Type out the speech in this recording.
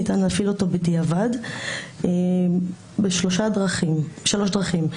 ניתן להפעיל אותו בדיעבד בשלוש דרכים: